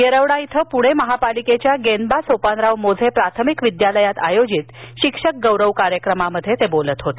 येरवडा इथं पुणे महानगरपालिकेच्या गेनबा सोपानराव मोझे प्राथमिक विद्यालयात आयोजित शिक्षक गौरव कार्यक्रमात ते बोलत होते